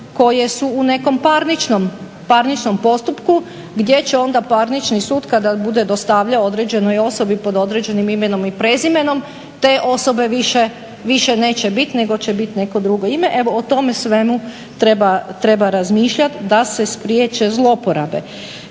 koje su u nekom parničnom postupku gdje će onda parnični sud kada bude dostavljao određenoj osobi pod određenim imenom i prezimenom te osobe više neće bit nego će bit neko drugo ime. Evo o tome svemu treba razmišljat da se spriječe zloporabe.